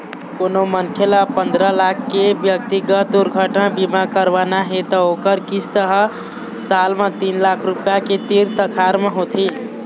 कोनो मनखे ल पंदरा लाख के ब्यक्तिगत दुरघटना बीमा करवाना हे त ओखर किस्त ह साल म तीन लाख रूपिया के तीर तखार म होथे